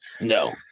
No